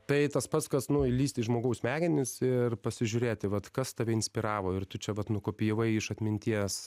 tai tas pats kas nu įlįst į žmogaus smegenis ir pasižiūrėti vat kas tave inspiravo ir tu čia vat nukopijavai iš atminties